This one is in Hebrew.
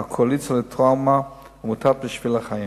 "הקואליציה לטראומה" ועמותת "בשביל החיים".